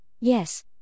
Yes